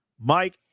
Mike